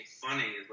funny